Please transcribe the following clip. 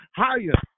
higher